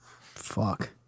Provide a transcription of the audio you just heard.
Fuck